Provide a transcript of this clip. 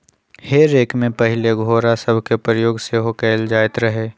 हे रेक में पहिले घोरा सभके प्रयोग सेहो कएल जाइत रहै